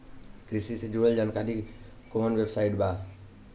कृषि से जुड़ल जानकारी खातिर कोवन वेबसाइट बा?